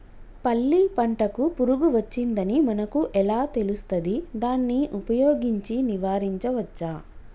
పల్లి పంటకు పురుగు వచ్చిందని మనకు ఎలా తెలుస్తది దాన్ని ఉపయోగించి నివారించవచ్చా?